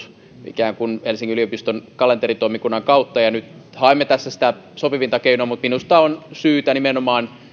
ikään kuin helsingin yliopiston kalenteritoimikunnan kautta ja nyt haemme sitä sopivinta keinoa mutta minusta on nimenomaan syytä